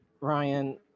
Ryan